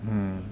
mm